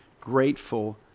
grateful